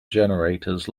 generators